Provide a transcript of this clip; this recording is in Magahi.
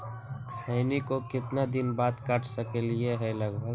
खैनी को कितना दिन बाद काट सकलिये है लगभग?